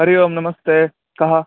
हरि ओम् नमस्ते कः